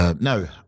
No